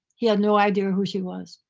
he had no idea who she was.